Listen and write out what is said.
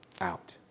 out